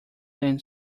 then